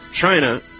China